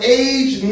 age